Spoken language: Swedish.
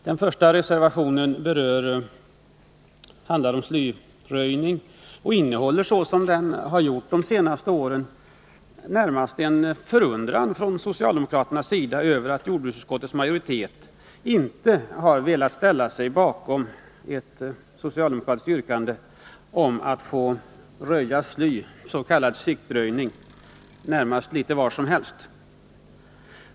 Den första reservationen handlar om slyröjning och innehåller närmast en förundran från socialdemokraterna över att jordbruksutskottet inte har velat ställa sig bakom ett socialdemokratiskt yrkande att man skall få röja sly — det handlar om s.k. siktröjning — närmast litet var som helst.